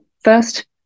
first